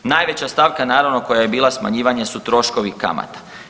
Najveća stavka naravno koja je bila smanjivanja su troškovi kamata.